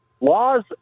Laws